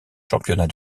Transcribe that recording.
championnats